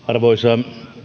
arvoisa